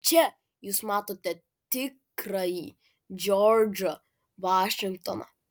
čia jūs matote tikrąjį džordžą vašingtoną